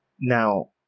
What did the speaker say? now